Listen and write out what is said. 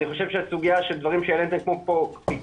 אני חושב שהסוגיה של דברים שהעליתם פה כמו פיקוח